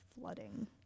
flooding